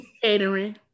catering